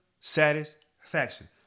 satisfaction